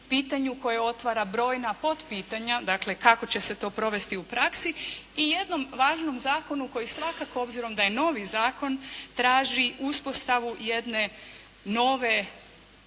pitanju koje otvara brojna potpitanja, dakle, kako će se to provesti u praksi i jednom važnom zakonu koji svakako obzirom da je novi zakon traži uspostavu jedne nove,